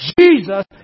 Jesus